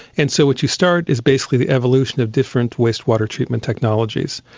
and so what you start is basically the evolution of different waste water treatment technologies.